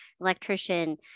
electrician